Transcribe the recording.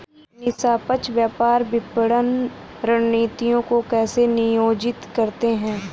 निष्पक्ष व्यापार विपणन रणनीतियों को कैसे नियोजित करते हैं?